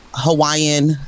hawaiian